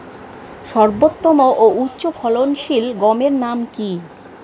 সর্বোত্তম ও উচ্চ ফলনশীল গমের নাম কি?